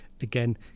again